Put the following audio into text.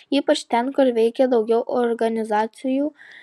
ypač ten kur veikė daugiau organizacijų